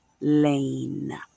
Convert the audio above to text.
lane